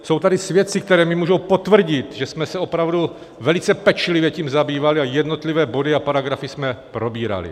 Jsou tady svědci, kteří mi můžou potvrdit, že jsme se opravdu velice pečlivě tím zabývali a jednotlivé body a paragrafy jsme probírali.